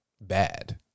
Bad